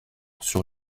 sur